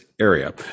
area